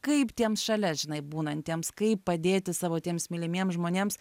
kaip tiems šalia žinai būnantiems kaip padėti savo tiems mylimiems žmonėms